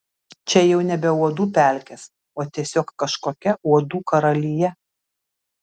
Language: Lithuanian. čia jau nebe uodų pelkės o tiesiog kažkokia uodų karalija